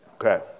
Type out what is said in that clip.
Okay